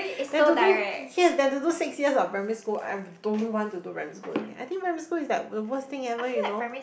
then to do yes then to do six years of primary school I don't want to do primary school again I think primary school is like the worst thing ever you know